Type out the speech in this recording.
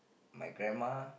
my grandma